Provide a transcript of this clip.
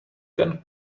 can